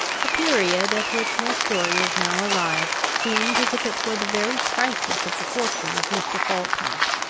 the period at which my story is now arrived seemed as if it were the very crisis of the fortune of mr. falkland.